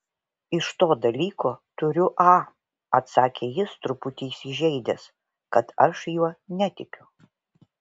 iš to dalyko turiu a atsakė jis truputį įsižeidęs kad aš juo netikiu